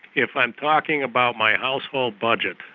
if i'm talking about my household budget,